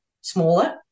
smaller